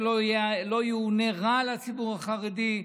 ולא יאונה רע לציבור החרדי,